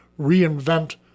reinvent